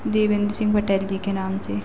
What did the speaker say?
देवेन्द्र सिंह पटेल जी के नाम से